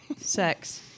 sex